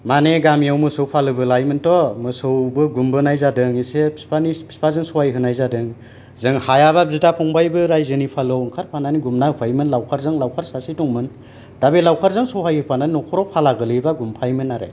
माने गामियाव मोसौ फालोबो लायोमोनथ' मोसौबो गुमबोनाय जादों एसे बिफानि बिफाजों सहाय होबोनाय जादों जों हायाबा बिदाबो फंबायबो रायजोनि फालोआव ओंखारफानानै गुमनानै होफायोमोन लावखारजों लावखार सासे दंमोन दा बे लावखारजों सहाय होफानानै न'खराव फाला गोलैबा गुमफायोमोन आरो